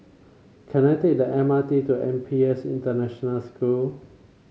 can I take the M R T to N P S International School